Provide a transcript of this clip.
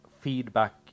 feedback